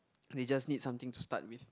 they just need something to start with